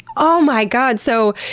oh my god! so,